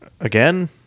Again